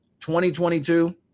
2022